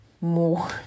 more